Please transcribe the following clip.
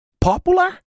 popular